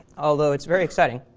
although it's very exciting,